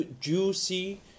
juicy